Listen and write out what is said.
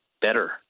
better